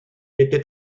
était